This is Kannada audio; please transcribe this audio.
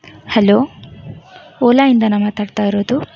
ಹಲೋ ಓಲಾಯಿಂದನಾ ಮಾತಾಡ್ತಾ ಇರೋದು